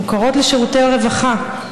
מוכרות לשירותי הרווחה.